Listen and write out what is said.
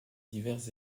divers